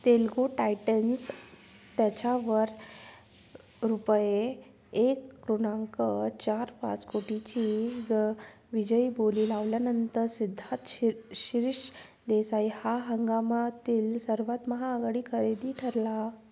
Telugu Titans त्याच्यावर रुपये एक कृणांक चार पाच कोटीची ग विजयी बोली लावल्यानंतर सिद्धार्थ शि शिरिष देसाई हा हंगामातील सर्वात महागडी खरेदी ठरला